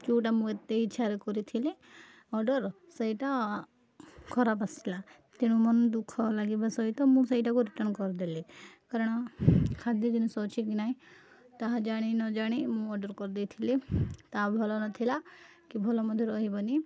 ଯେଉଁଟା ମୁଁ ଏତେ ଇଚ୍ଛାରେ କରିଥିଲି ଅର୍ଡ଼ର ସେଇଟା ଖରାପ ଆସିଲା ତେଣୁ ମନ ଦୁଃଖ ଲାଗିବା ସହିତ ମୁଁ ସେଇଟାକୁ ରିଟର୍ଣ୍ଣ କରିଦେଲି କାରଣ ଖାଦ୍ୟ ଜିନିଷ ଅଛି କି ନାଇଁ ତାହା ଜାଣି ନ ଜାଣି ମୁଁ ଅର୍ଡ଼ର କରିଦେଇଥିଲି ତାହା ଭଲ ନଥିଲା କି ଭଲ ମଧ୍ୟ ରହିବନି